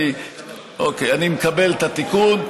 אוקיי, אני מקבל את התיקון.